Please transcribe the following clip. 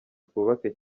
twubake